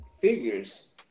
figures